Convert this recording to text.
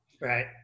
Right